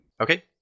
okay